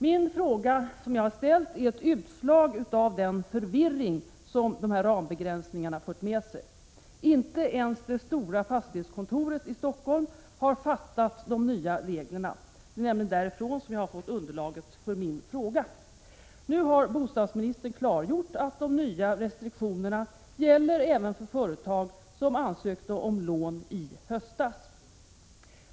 Den fråga som jag har ställt är ett utslag av den förvirring som rambegränsningarna fört med sig. Inte ens det stora fastighetskontoret i Stockholm har fattat de nya reglerna. Det är nämligen därifrån som jag har fått underlaget för min fråga. Nu har bostadsministern klargjort att de nya restriktionerna gäller även för företag som ansökte om lån i höstas.